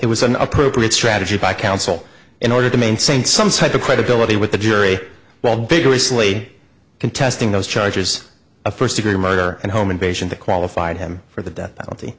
it was an appropriate strategy by counsel in order to maintain some type of credibility with the jury while big recently contesting those charges of first degree murder and home invasion that qualified him for the death penalty